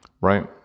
Right